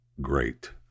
great